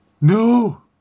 No